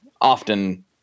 Often